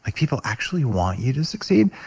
like people actually want you to succeed?